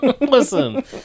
listen